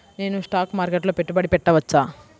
నేను స్టాక్ మార్కెట్లో పెట్టుబడి పెట్టవచ్చా?